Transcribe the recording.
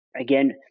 again